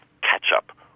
catch-up